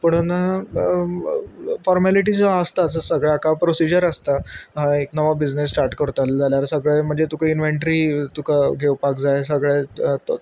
पुणून फॉर्मेलिटी जो आसता सगळे हाका प्रोसिजर आसता हां एक नवो बिजनेस स्टार्ट करतलो जाल्यार सगळें म्हणजे तुका इनवेंट्री तुका घेवपाक जाय सगळे